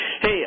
Hey